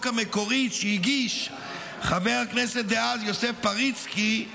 המקורית שהגיש חבר הכנסת דאז יוסף פריצקי,